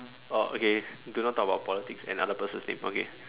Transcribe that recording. oh okay do not talk about politics and other person's name okay